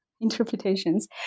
interpretations